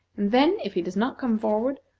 and then, if he does not come forward,